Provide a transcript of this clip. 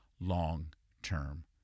long-term